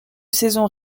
saison